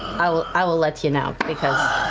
i will i will let you know, because,